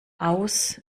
aus